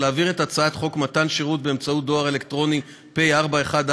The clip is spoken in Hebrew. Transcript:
ואת הצעת חוק למניעת מפגעים (תיקון,